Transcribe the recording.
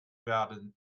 werden